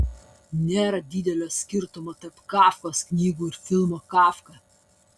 nėra didelio skirtumo tarp kafkos knygų ir filmo kafka